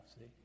see